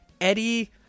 Eddie